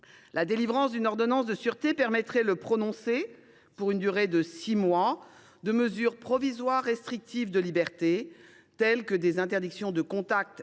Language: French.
La délivrance d’une ordonnance de sûreté permettrait le prononcé, pour une durée de six mois, de mesures provisoires restrictives de liberté, telles que des interdictions de contact et de